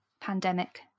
pandemic